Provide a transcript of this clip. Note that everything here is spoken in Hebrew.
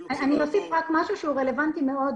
אני אוסיף עוד משהו שהוא רלוונטי מאוד